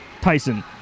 Tyson